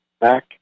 back